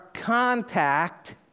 contact